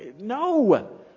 No